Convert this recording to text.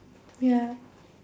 ya